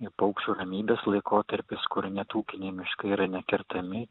į paukščių ramybės laikotarpis kur net ūkiniai miškai yra nekertami